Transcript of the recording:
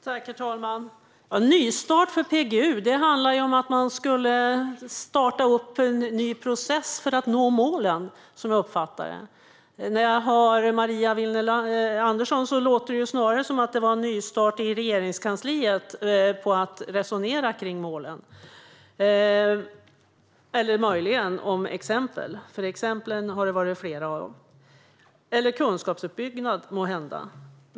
Herr talman! En nystart för PGU handlar om att starta en ny process för att nå målen. När jag hör Maria Andersson Willner låter det snarare som att det är fråga om en nystart i Regeringskansliet om att resonera om målen - eller möjligen exempel. Det har funnits flera exempel. Måhända handlar det om kunskapsuppbyggnad.